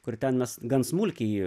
kur ten mes gan smulkiai